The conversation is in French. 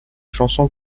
chanson